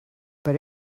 but